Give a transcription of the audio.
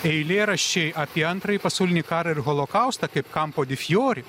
eilėraščiai apie antrąjį pasaulinį karą ir holokaustą kaip kampo di fjori